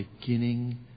beginning